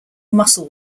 muscle